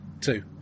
Two